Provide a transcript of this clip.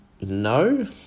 No